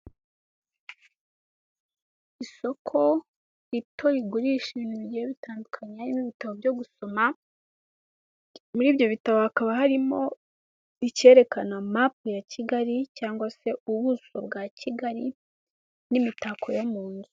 Isoko rito rigurisha ibintu bigiye bitandukanye harimo ibitabo byo gusoma. Muri ibyo bitabo hakaba harimo icyerekana mapu ya Kigali cyangwa se ubuso bwa Kigali n'imitako yo mu nzu.